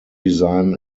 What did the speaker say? design